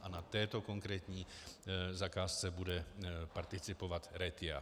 A na této konkrétní zakázce bude participovat Retia.